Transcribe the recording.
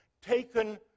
taken